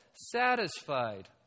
satisfied